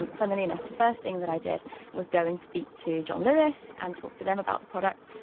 and funnily enough, the first thing that i did was go and speak to john lewis and talk to them about the product,